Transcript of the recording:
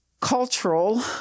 cultural